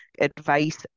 advice